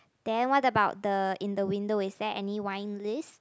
then what about the in the window is there any wine list